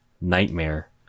nightmare